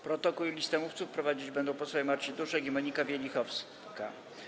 Protokół i listę mówców prowadzić będą posłowie Marcin Duszek i Monika Wielichowska.